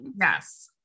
Yes